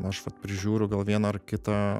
aš vat prižiūriu gal vieną ar kitą